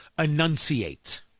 enunciate